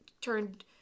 turned